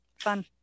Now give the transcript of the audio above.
fun